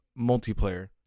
multiplayer